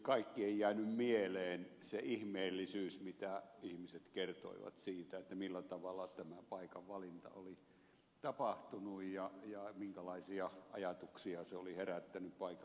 kaikki ei jäänyt mieleen se ihmeellisyys mitä ihmiset kertoivat siitä millä tavalla tämä paikan valinta oli tapahtunut ja minkälaisia ajatuksia se oli herättänyt paikallisissa ihmisissä